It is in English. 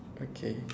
okay